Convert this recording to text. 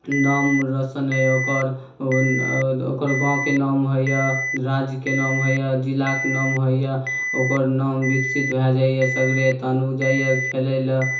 नाम रोशन होइए ओकर आ ओकर गाँवके नाम होइए राज्यके नाम होइए जिलाके नाम होइए ओकर नाम विकसित भए जाइए सगरे तहन ओ जाइए खेलय लेल